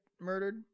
murdered